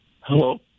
hello